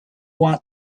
want